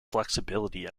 flexibility